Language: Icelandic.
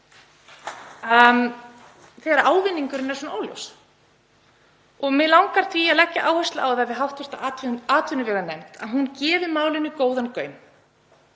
þegar ávinningurinn er svona óljós? Mig langar því að leggja áherslu á það við hv. atvinnuveganefnd að hún gefi málinu góðan gaum.